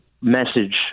message